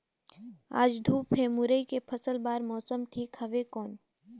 आज धूप हे मुरई के फसल बार मौसम ठीक हवय कौन?